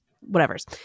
Whatever's